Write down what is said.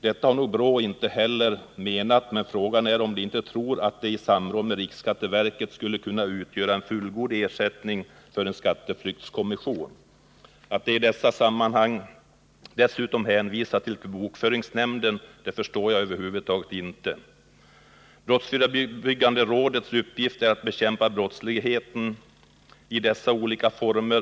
Detta har nog BRÅ inte heller menat, men frågan är om dessa arbetsgrupper inte tror att de i samråd med riksskatteverket skulle kunna utgöra en fullgod ersättning för en skatteflyktskommission. Att de i dessa sammanhang dessutom hänvisar till bokföringsnämnden förstår jag över huvud taget inte. Brottsförebyggande rådets uppgift är att bekämpa brottsligheten i dess olika former.